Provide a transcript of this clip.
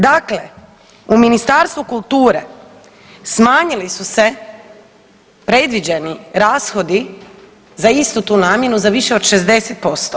Dakle u Ministarstvu kulture smanjili su se predviđeni rashodi za istu tu namjenu za više od 60%